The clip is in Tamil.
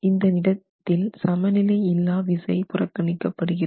இந்த இடத்தில் சமநிலை இல்லா விசை புறக்கணிக்கப்படுகிறது